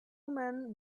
men